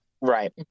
Right